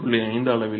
rubber 0